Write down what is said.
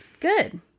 Good